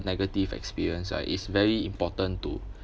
negative experience right is very important to